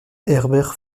herbert